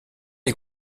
les